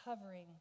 hovering